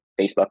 Facebook